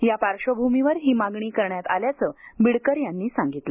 या पार्श्वभूमीवर ही मागणी करण्यात आल्याचं बिडकर यांनी सांगितलं